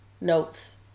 notes